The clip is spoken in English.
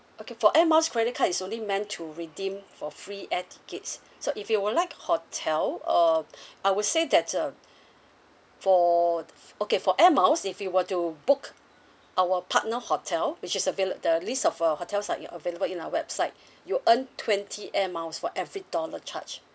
okay for air miles credit card is only meant to redeem for free air tickets so if you would like hotel uh I would say that uh for okay for air miles if you were to book our partner hotel which is avail~ the list of uh hotels are i~ available in our website you earn twenty air miles for every dollar charged